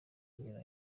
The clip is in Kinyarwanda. agera